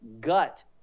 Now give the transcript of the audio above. gut